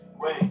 Wait